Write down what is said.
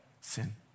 sin